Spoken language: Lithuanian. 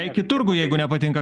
eik į turgų jeigu nepatinka